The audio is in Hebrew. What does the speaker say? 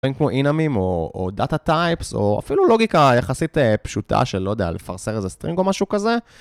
דברים כמו אינאמים, או דאטה טייפס, או אפילו לוגיקה יחסית פשוטה של, לא יודע, לפרסר איזה סטרינג או משהו כזה